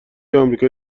آمریکای